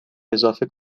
اضافه